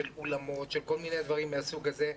על אולמות וכל מיני דברים מהסוג הזה,